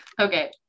Okay